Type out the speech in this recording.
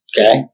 okay